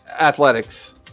athletics